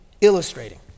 illustrating